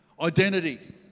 Identity